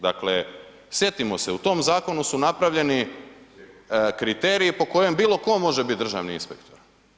Dakle, sjetimo se, u tom zakonu su napravljeni kriteriji po kojem bilo tko može biti državni inspektor.